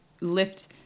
lift